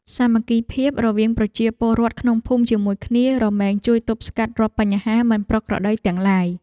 សាមគ្គីភាពរវាងប្រជាពលរដ្ឋក្នុងភូមិជាមួយគ្នា រមែងជួយទប់ស្កាត់រាល់បញ្ហាមិនប្រក្រតីទាំងឡាយ។